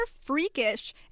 freakish